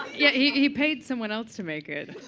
yeah. he he paid someone else to make it.